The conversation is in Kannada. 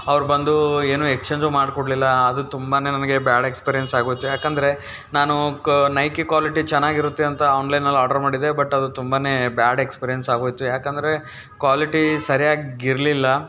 ಅವ್ರು ಬಂದು ಏನು ಎಕ್ಸ್ಚೇಂಜು ಮಾಡಿಕೊಡ್ಲಿಲ್ಲ ಅದು ತುಂಬಾ ನನಗೆ ಬ್ಯಾಡ್ ಎಕ್ಸ್ಪೀರಿಯನ್ಸ್ ಆಗೋಯಿತು ಯಾಕಂದರೆ ನಾನು ಕ ನೈಕಿ ಕ್ವಾಲಿಟಿ ಚೆನ್ನಾಗಿರುತ್ತೆ ಅಂತ ಆನ್ಲೈನಲ್ಲಿ ಆರ್ಡ್ರ್ ಮಾಡಿದೆ ಬಟ್ ಅದು ತುಂಬಾ ಬ್ಯಾಡ್ ಎಕ್ಸ್ಪೀರಿಯನ್ಸ್ ಆಗೋಯಿತು ಯಾಕಂದರೆ ಕ್ವಾಲಿಟಿ ಸರಿಯಾಗಿರಲಿಲ್ಲ